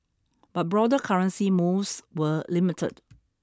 but broader currency moves were limited